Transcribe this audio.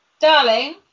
Darling